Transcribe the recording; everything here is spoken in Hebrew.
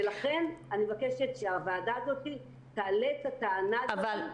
לכן, אני מבקשת שהוועדה תעלה את הטענה הזאת.